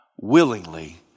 willingly